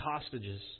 hostages